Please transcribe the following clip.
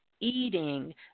eating